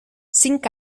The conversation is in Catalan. cinc